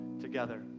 together